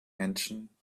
menschen